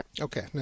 Okay